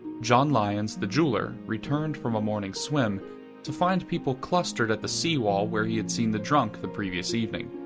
john lyons, the jeweler, returned from a morning swim to find people clustered at the seawall where he had seen the drunk the previous evening.